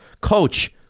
Coach